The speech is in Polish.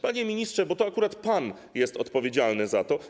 Panie ministrze, bo to akurat pan jest odpowiedzialny za to.